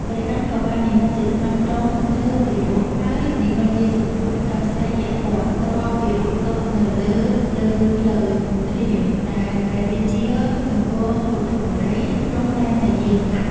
ព្រះឥន្ទ្រក៏បាននិម្មិតជាត្មាតក្រុងលើទារក ហើយនិម្មិតជាសំពត់កោសេយ្យពស្ត្រទ្រាប់ទារកទុកនៅលើលើផ្លូវធ្លា ដែលព្រះរាជានគរគន្ធពបូរី ទ្រង់តែងតែយាងកាត់។